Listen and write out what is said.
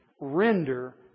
render